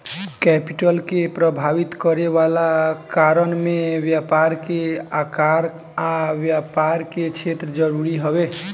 capital के प्रभावित करे वाला कारण में व्यापार के आकार आ व्यापार के क्षेत्र जरूरी हवे